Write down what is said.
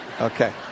Okay